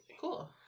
Cool